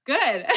Good